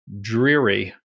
dreary